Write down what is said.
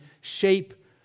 shape